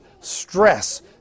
stress